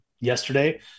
yesterday